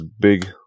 big